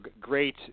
great